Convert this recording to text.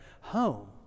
home